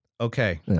Okay